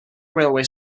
railway